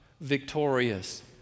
victorious